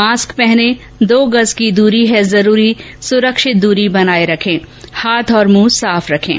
mask पहनें दो गज़ की दूरी है जरूरी सुरक्षित दूरी बनाए रखें हाथ और मुंह साफ रखें